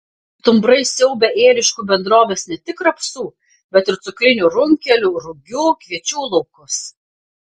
stumbrai siaubia ėriškių bendrovės ne tik rapsų bet ir cukrinių runkelių rugių kviečių laukus